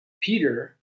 Peter